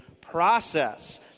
process